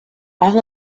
all